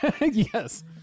yes